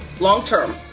long-term